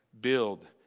build